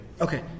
Okay